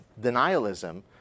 denialism